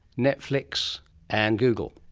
netflix and google.